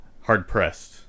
hard-pressed